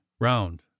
round